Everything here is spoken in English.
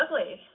ugly